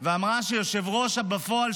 גינוי ואמרה שהיושב-ראש שהיה בפועל,